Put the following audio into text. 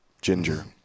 ginger